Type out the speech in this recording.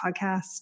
podcast